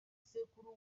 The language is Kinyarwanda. sekuru